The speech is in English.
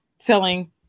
telling